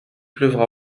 pleuvra